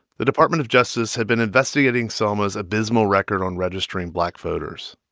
the department of justice had been investigating selma's abysmal record on registering black voters.